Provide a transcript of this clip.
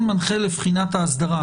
מנחה לבחינת האסדרה.